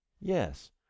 Yes